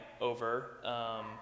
over